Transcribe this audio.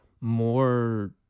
more